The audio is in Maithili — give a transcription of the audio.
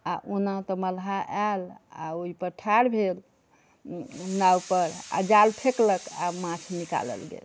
आ ओना तऽ मलाह आयल आ ओहि पर ठार भेल नाव पर आ जाल फेँकलक आ माछ निकालल गेल